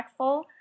impactful